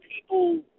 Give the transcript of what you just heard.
people